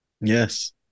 Yes